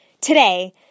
today